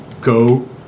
go